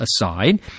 aside